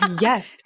Yes